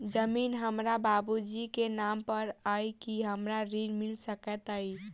जमीन हमरा बाबूजी केँ नाम पर अई की हमरा ऋण मिल सकैत अई?